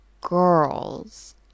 girls